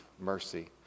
mercy